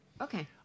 Okay